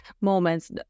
moments